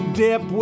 dip